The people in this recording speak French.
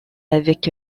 avec